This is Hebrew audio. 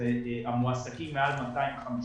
אלה שמעסיקים מעל 250 עובדים,